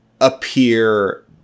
appear